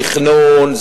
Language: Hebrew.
תכנון,